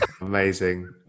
Amazing